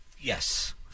Yes